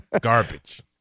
Garbage